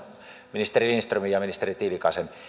ministeri lindströmin ja ministeri tiilikaisen